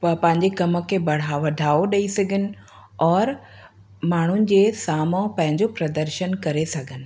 प पंहिंजे कम खे बढ़ावो वधाओ ॾेई सघनि और माण्हुनि जे साम्हूं पंहिंजो प्रदर्शन करे सघनि